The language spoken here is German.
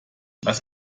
was